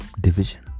Division